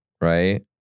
right